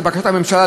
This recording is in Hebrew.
לבקשת הממשלה,